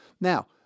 Now